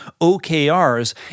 OKRs